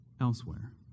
elsewhere